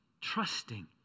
trusting